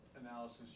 analysis